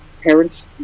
parents